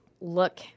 look